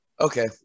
Okay